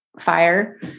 fire